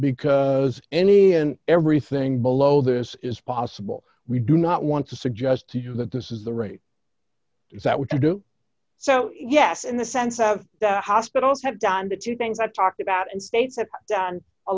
because any and everything below this is possible we do not want to suggest to you that this is the right is that we can do so yes in the sense that hospitals have done the two things i talked about and states have done a